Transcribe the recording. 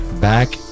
back